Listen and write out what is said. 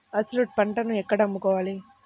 అసలు పంటను ఎక్కడ అమ్ముకోవాలి?